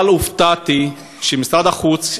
אבל הופתעתי שמשרד החוץ,